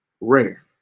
rare